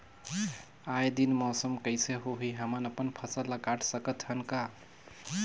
आय दिन मौसम कइसे होही, हमन अपन फसल ल काट सकत हन का?